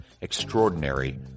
extraordinary